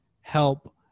help